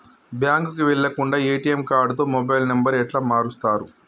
బ్యాంకుకి వెళ్లకుండా ఎ.టి.ఎమ్ కార్డుతో మొబైల్ నంబర్ ఎట్ల మారుస్తరు?